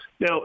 Now